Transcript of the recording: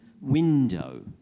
window